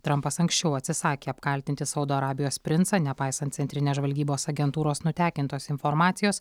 trampas anksčiau atsisakė apkaltinti saudo arabijos princą nepaisant centrinės žvalgybos agentūros nutekintos informacijos